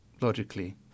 logically